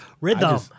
Rhythm